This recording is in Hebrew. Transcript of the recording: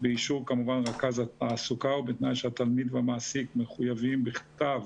באישור כמובן רכז התעסוקה ובתנאי שהתלמיד והמעסיק מחויבים בכתב